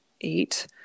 eight